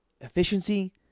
efficiency